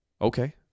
Okay